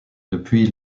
depuis